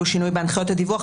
יהיו שינויים בהנחיות הדיווח,